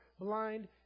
blind